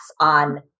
on